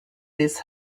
this